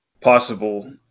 possible